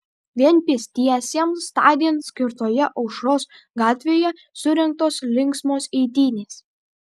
vien pėstiesiems tądien skirtoje aušros gatvėje surengtos linksmos eitynės